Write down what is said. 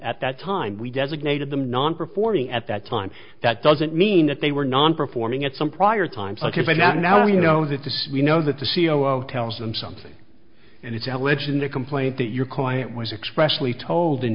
at that time we designated them non performing at that time that doesn't mean that they were non performing at some prior times ok but now now we know that this is we know that the c e o of tells them something and it's alledged in the complaint that your client was expressly told in